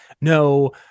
no